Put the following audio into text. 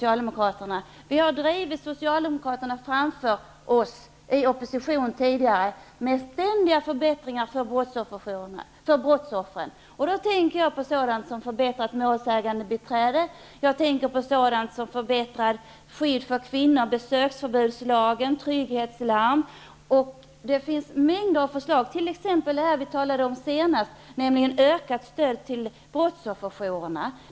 Vi har tidigare i opposition drivit Socialdemokraterna framför oss och åstadkommit ständiga förbättringar för brottsoffren. Jag tänker då på sådant som förbättrat målsägandebiträde och förbättrat skydd för kvinnor genom besöksförbudslagen och trygghetslarm -- ja, det finns mängder av förslag, t.ex. det vi talade om senast, nämligen ett ökat stöd till brottsofferjourerna.